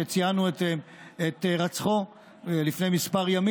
שציינו את הירצחו לפני כמה ימים.